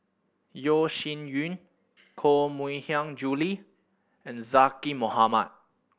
Yeo Shih Yun Koh Mui Hiang Julie and Zaqy Mohamad